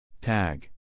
Tag